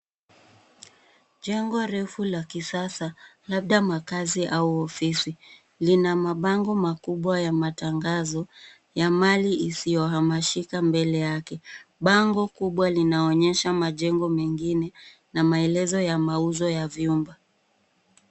Jengo refu la kisasa, labda makazi au ofisi, lina mabango makubwa ya matangazo, ya mali isiyohamashika mbele yake. Bango kubwa linaonyesha majengo mengine, na maelezo ya mauzo ya vyumba.